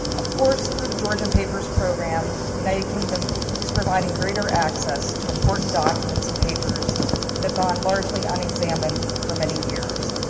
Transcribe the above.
of course, through the georgian papers programme, the united kingdom is providing greater access to important documents and papers that have gone largely unexamined for many years.